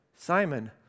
Simon